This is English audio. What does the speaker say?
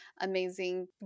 amazing